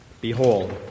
Behold